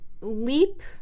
leap